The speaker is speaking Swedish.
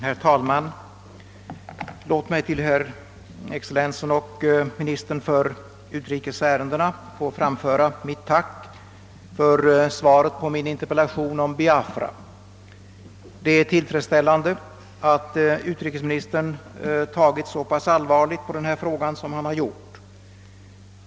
Herr talman! Låt mig till hans excellens herr ministern för utrikes ärendena få framföra ett tack för svaret på min interpellation om Biafra. Det är tillfredsställande att utrikesministern tagit så pass allvarligt på denna fråga som han gjort.